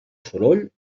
soroll